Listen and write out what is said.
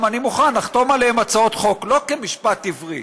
אני מוכן לחתום עליהם כהצעות חוק, לא כמשפט עברי.